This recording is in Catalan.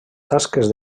tasques